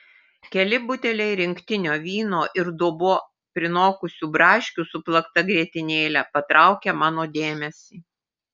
keli buteliai rinktinio vyno ir dubuo prinokusių braškių su plakta grietinėle patraukia mano dėmesį